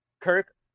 Kirk